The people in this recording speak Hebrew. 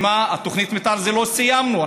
ותוכנית מתאר זה לא שסיימנו.